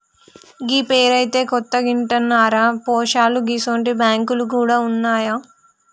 గీ పేరైతే కొత్తగింటన్నరా పోశాలూ గిసుంటి బాంకులు గూడ ఉన్నాయా